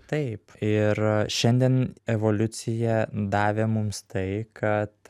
taip ir šiandien evoliucija davė mums tai kad